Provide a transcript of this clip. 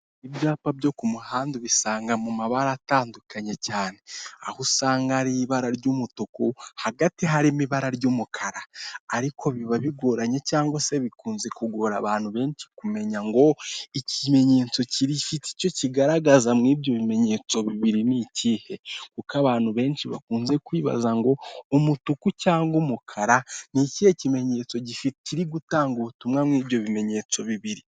Ibyapa byo ku muhanda ubisanga mu mabara atandukanye cyane ,aho usanga hari ibara ry'umutuku hagati harimo ibara ry'umukara. Ariko biba bigoranye cyangwa se bikunze kugora abantu benshi kumenya ngo ikimenyetso kifite icyo kigaragaza nk'ibyo bimenyetso bibiri ni ikihe? kuko abantu benshi bakunze kwibaza ngo umutuku cyangwa umukara ni ikihe kimenyetso kiri gutanga ubutumwa muri ibyo bimenyetso bibiri.